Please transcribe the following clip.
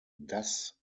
das